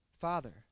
Father